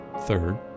Third